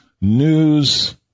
news